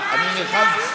אני אתך בעניין הזה.